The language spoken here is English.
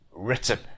Written